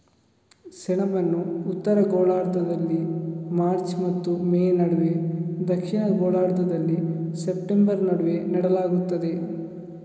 ಸೆಣಬನ್ನು ಉತ್ತರ ಗೋಳಾರ್ಧದಲ್ಲಿ ಮಾರ್ಚ್ ಮತ್ತು ಮೇ ನಡುವೆ, ದಕ್ಷಿಣ ಗೋಳಾರ್ಧದಲ್ಲಿ ಸೆಪ್ಟೆಂಬರ್ ನಡುವೆ ನೆಡಲಾಗುತ್ತದೆ